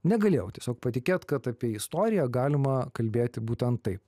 negalėjau tiesiog patikėt kad apie istoriją galima kalbėti būtent taip